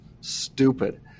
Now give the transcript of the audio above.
stupid